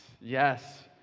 yes